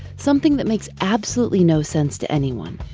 something that makes absolutely no sense to anyone,